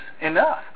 enough